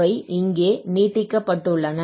அவை இங்கே நீட்டிக்கப்பட்டுள்ளன